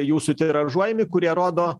jūsų tiražuojami kurie rodo